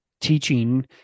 teaching